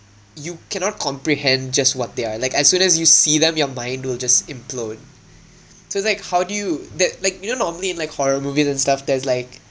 you cannot comprehend just what they are like as soon as you see them your mind will just implode so like how do you that like you know normally in like horror movies and stuff there's like